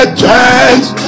chance